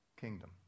kingdom